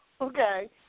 okay